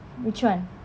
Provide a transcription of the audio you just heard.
which one